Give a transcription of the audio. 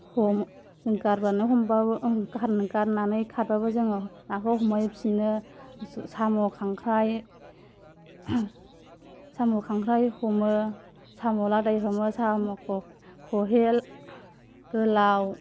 हम जों गारनानै हमब्लाबो गारनानै खारब्लाबो जोङो नाखौ हमहैफिनो साम' खांख्राइ साम' खांख्राइ हमो साम' लादाय हमो साम'खौ खहेल गोलाव